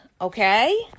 okay